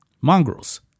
Mongrels